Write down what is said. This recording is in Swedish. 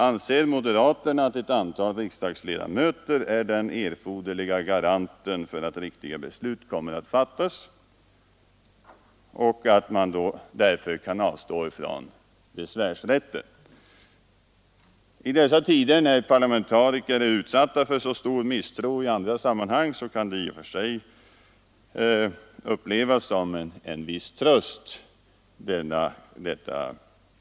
Anser moderaterna att ett antal riksdagsledamöter är den erforderliga garantin för att riktiga beslut kommer att fattas och att man därför kan avstå från besvärsrätten? I dessa tider, när parlamentariker är utsatta för mycket stor misstro i olika sammanhang, kan moderaternas argumentering i och för sig upplevas som en viss tröst.